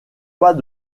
pas